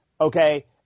okay